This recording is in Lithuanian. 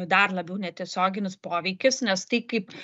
dar labiau netiesioginis poveikis nes tai kaip